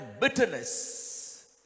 bitterness